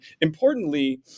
importantly